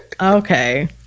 okay